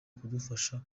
kudufasha